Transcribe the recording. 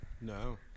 No